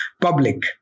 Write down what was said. public